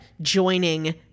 joining